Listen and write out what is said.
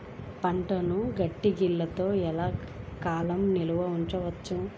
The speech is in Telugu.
పంటలను గిడ్డంగిలలో ఎంత కాలం నిలవ చెయ్యవచ్చు?